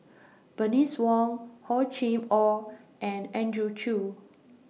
Bernice Wong Hor Chim Or and Andrew Chew